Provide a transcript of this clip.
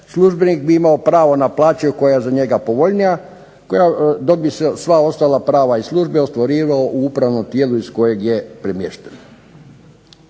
službenik bi imao pravo na plaću koja je za njega povoljnija, koja dobije sva ostala prava iz službe ostvarivao u upravnom tijelu iz kojeg je premješten.